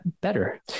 better